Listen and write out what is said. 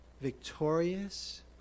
Victorious